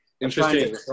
Interesting